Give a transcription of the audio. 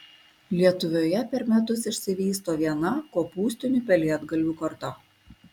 lietuvoje per metus išsivysto viena kopūstinių pelėdgalvių karta